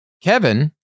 Kevin